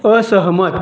असहमत